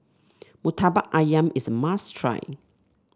murtabak ayam is a must try